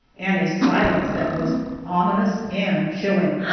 and a silence that was ominous and chilling.